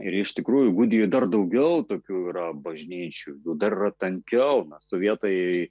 ir iš tikrųjų gudijoj dar daugiau tokių yra bažnyčių jų dar yra tankiau sovietai